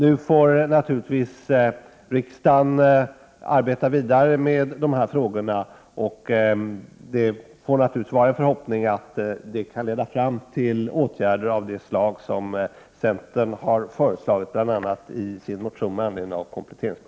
Nu får naturligtvis riksdagen arbeta vidare med dessa frågor, och det är en förhoppning att arbetet kan leda fram